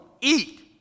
eat